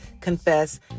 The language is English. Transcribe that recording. confess